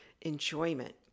enjoyment